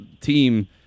team